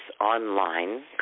online